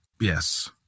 yes